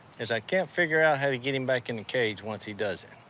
is i can't figure out how to get him back in the cage once he does it.